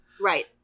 Right